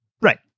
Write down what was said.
Right